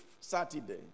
Saturday